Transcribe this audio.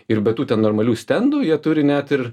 ir be tų ten normalių stendų jie turi net ir